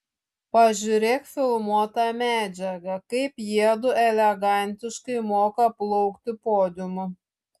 pažiūrėk filmuotą medžiagą kaip jiedu elegantiškai moka plaukti podiumu